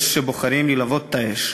יש שבוחרים ללבות את האש.